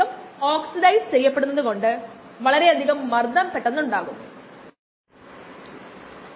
693 by mu